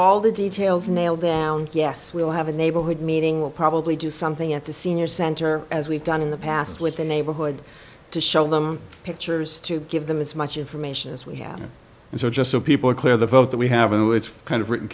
all the details nailed down yes we'll have a neighborhood meeting will probably do something at the senior center as we've done in the past with the neighborhood to show them pictures to give them as much information as we have and so just so people are clear the vote that we have a new it's kind of written